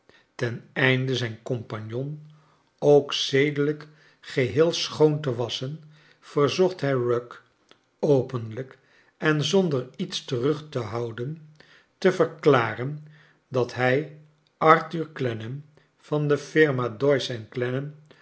ten einde zijn compagnon ook zedelijk geheel schoon te wasschen verzoclit hij rugg openlijk en zonder iets terug te houden te verklaren dat hij arthur clennam van de firma doyoe en